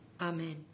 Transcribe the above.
Amen